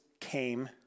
came